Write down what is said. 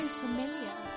familiar